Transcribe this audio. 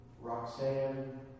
Roxanne